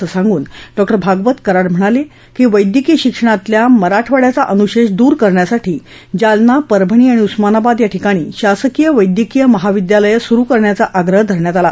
असे सांगून डॉ भागवत कराड म्हणाले की वैद्यकीय शिक्षणातील मराठवाङ्याचा अनुशेष दूर करण्यासाठी जालना परभणी आणि उस्मानाबाद या ठिकाणी शासकीय वैद्यकीय महाविद्यालय सुरु करण्याचा आग्रह धरण्यात आला